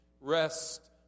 rest